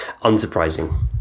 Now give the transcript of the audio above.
Unsurprising